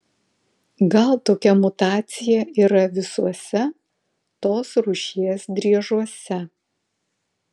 gal tokia mutacija yra visuose tos rūšies driežuose